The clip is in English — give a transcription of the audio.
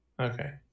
Okay